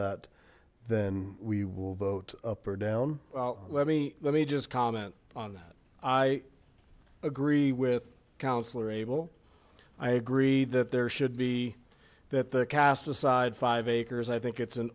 that then we will vote up or down let me let me just comment on that i agree with councillor abel i agree that there should be that the cast aside five acres i think it's an